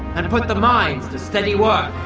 and put the mines to steady work.